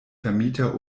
vermieter